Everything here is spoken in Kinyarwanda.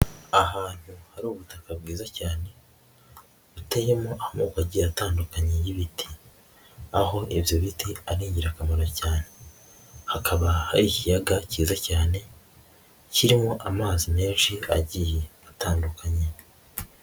Ahantu hari ubutaka bwiza cyane, buteyeyemo amoko agiye atandukanye y'ibiti, aho ibyo biti ari ingirakamaro cyane, hakaba ikiyaga cyiza cyane kirimo amazi menshi agiye atandukanye.